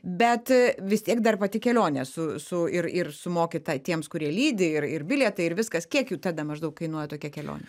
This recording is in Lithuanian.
bet vis tiek dar pati kelionė su su ir ir sumoki ta tiems kurie lydi ir ir bilietai ir viskas kiek jau tada maždaug kainuoja tokia kelionė